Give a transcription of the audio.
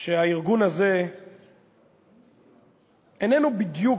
שהארגון הזה איננו בדיוק,